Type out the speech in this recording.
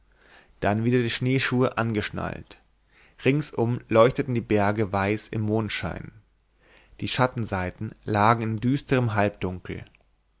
dann wieder die schneeschuhe angeschnallt ringsum leuchteten die berge weiß im mondschein die schattenseiten lagen in düsterem halbdunkel